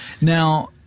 Now